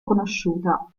conosciuta